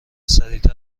سریع